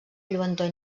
lluentor